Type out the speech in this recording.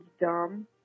dumb